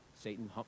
Satan